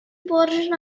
portion